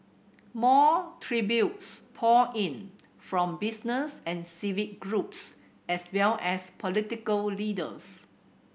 more tributes poured in from business and civic groups as well as political leaders